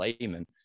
layman